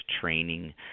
training